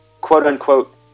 quote-unquote